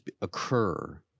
occur